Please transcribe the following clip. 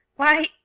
why,